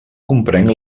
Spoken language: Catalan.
comprenc